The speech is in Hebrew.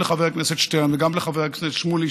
לחבר הכנסת שטרן וגם לחבר הכנסת שמולי.